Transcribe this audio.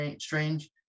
Strange